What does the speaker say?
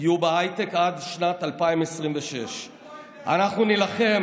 יהיו בהייטק עד שנת 2026. אנחנו נילחם